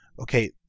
okay